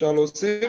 אפשר להוסיף?